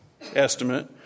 estimate